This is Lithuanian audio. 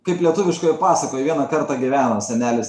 kaip lietuviškoj pasakoj vieną kartą gyveno senelis